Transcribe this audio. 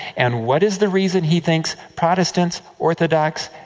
and what is the reason he thinks protestants, orthodox,